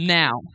now